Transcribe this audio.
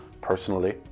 Personally